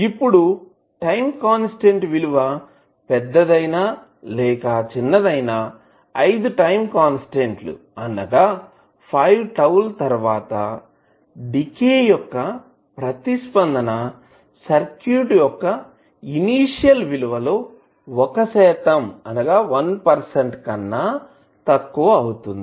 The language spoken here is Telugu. ఇప్పుడు టైం కాన్స్టాంట్ విలువ పెద్దదైన లేక చిన్నదైనా 5 టైం కాన్స్టాంట్ లు అనగా 5 τ ల తర్వాత డీకే యొక్క ప్రతిస్పందన సర్క్యూట్ యొక్క ఇనీషియల్ విలువ లో 1 శాతం కన్నా తక్కువ అవుతుంది